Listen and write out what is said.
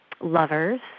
lovers